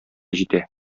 җитә